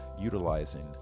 utilizing